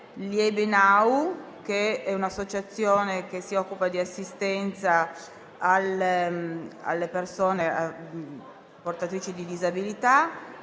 Liebenau, che è un'associazione che si occupa di assistenza alle persone portatrici di disabilità.